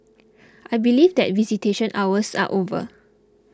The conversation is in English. I believe that visitation hours are over